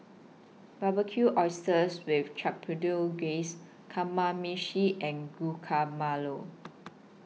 Barbecued Oysters with Chipotle Glaze Kamameshi and